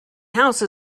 house